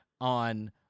on